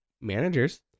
managers